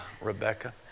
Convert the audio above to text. Rebecca